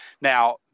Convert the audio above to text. Now